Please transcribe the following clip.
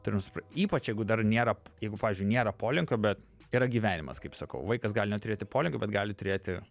turim supra ypač jeigu dar nėra jeigu pavyzdžiui nėra polinkio bet yra gyvenimas kaip sakau vaikas gali neturėti polinkio bet gali turėti